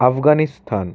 Afghanistan